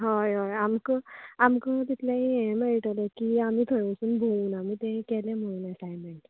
हय हय आमकां आमकां तितलेंय हे मेळटलें की आमी थंय वचून भोंवून आमी केले म्हण एसायमेंट